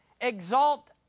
exalt